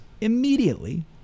immediately